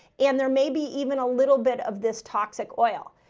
and there may be even a little bit of this toxic oil.